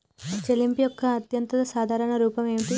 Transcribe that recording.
చెల్లింపు యొక్క అత్యంత సాధారణ రూపం ఏమిటి?